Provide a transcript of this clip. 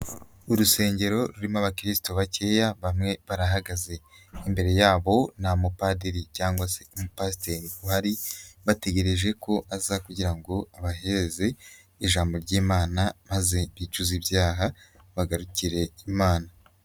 Urusengero rurimo abakirisito bakeya, bamwe barahagaze, imbere yabo nta mupadiri cyangwa se umupasiteri uhari, bategereje ko aza kugira ngo abaheze ijambo ry'Imana maze bicuze ibyaha bagarukire Imana.